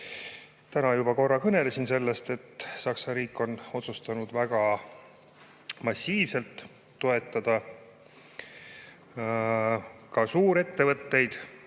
Täna juba korra kõnelesin sellest, et Saksa riik on otsustanud väga massiivselt toetada, ka suurettevõtteid.